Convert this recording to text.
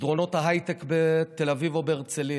מסדרונות ההייטק בתל אביב או בהרצליה,